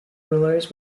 rulers